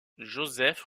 joseph